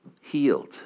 Healed